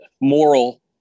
moral